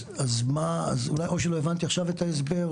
אז אולי או שלא הבנתי עכשיו את ההסבר?